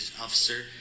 officer